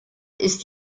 ist